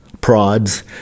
prods